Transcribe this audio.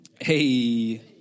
Hey